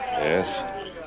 Yes